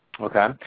Okay